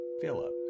Philip